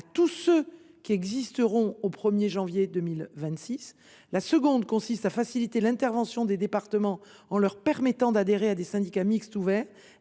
à tous ceux qui existeront au 1 janvier 2026. La deuxième serait de faciliter l’intervention des départements en leur permettant d’adhérer à des syndicats mixtes ouverts